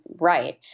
right